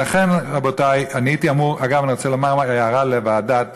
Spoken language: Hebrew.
אגב, אני רוצה לומר הערה לוועדה